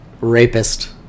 Rapist